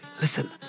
Listen